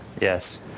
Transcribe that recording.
Yes